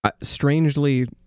Strangely